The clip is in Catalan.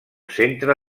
centre